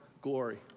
glory